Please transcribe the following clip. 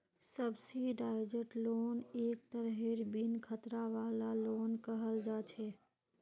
subsidised loan एक तरहेर बिन खतरा वाला लोन कहल जा छे